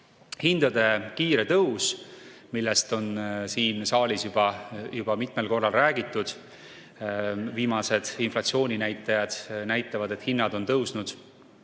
kiire tõus, millest on siin saalis juba mitmel korral räägitud. Viimased inflatsiooninäitajad näitavad, et hinnad on tõusnud